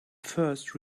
first